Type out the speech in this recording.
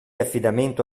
affidamento